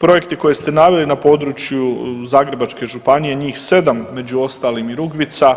Projekti koje ste naveli na području Zagrebačke županije, njih 7, među ostalim i Rugvica,